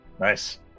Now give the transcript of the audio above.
Nice